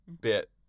bit